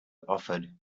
offered